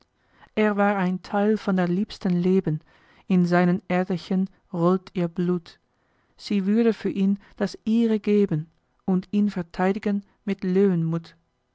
er war ein theil von der liebsten leben in seinen aederchen rollt ihr blut sie würde für ihn das ihre geben und ihn vertheid'gen mit löwenmuth